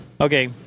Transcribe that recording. Okay